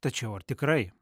tačiau ar tikrai